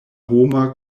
homa